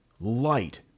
light